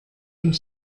und